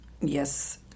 yes